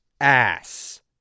ass